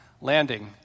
landing